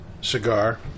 cigar